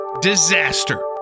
disaster